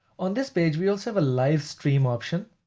on this page, we also have a live stream option.